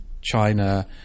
China